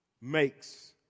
makes